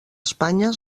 espanya